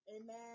amen